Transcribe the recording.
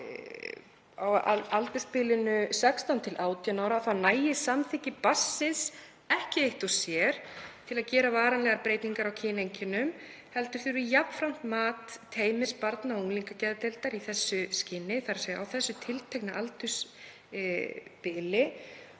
á aldursbilinu 16–18 ára nægi samþykki barnsins ekki eitt og sér til að gera varanlegar breytingar á kyneinkennum heldur þurfi jafnframt mat teymis barna- og unglingageðdeildar í því skyni, þ.e. á þessu tiltekna aldursbili.